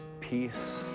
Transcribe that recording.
peace